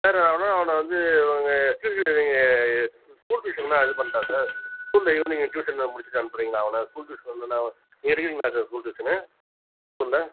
sir நான் வேணா அவனை வந்து உங்கள் ட்யூஷன் இது நீங்கள் ஸ்கூல் ட்யூஷன் வேணா இது பண்ணட்டா சார் ஸ்கூலில் ஈவினிங் ட்யூஷன்னை முடிச்சிவிட்டு அனுப்புறிங்களா அவனை ஸ்கூல் ட்யூஷன் வேணுன்னா நீங்கள் எடுக்குறீங்களா சார் ஸ்கூல் ட்யூஷன்னு ஸ்கூலில்